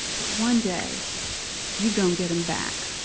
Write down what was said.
but one day you gon' get em back